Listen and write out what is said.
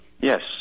Yes